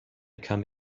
come